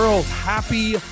Happy